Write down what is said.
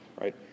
right